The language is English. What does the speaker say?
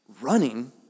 running